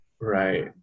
right